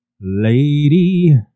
Lady